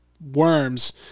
Worms